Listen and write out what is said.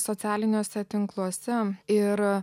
socialiniuose tinkluose ir